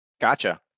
Gotcha